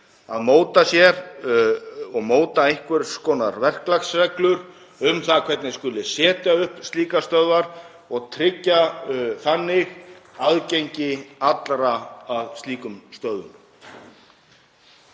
að því að móta einhvers konar verklagsreglur um það hvernig skuli setja upp slíkar stöðvar og tryggja þannig aðgengi allra að slíkum stöðvum.